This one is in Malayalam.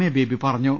എ ബേബി പറഞ്ഞു